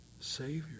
Savior